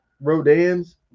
Rodan's